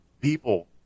people